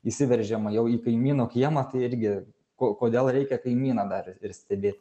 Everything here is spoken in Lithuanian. įsiveržiama jau į kaimyno kiemą tai irgi ko kodėl reikia kaimyną dar ir stebėti